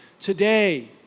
today